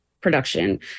production